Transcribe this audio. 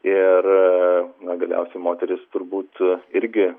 ir na galiausiai moterys turbūt irgi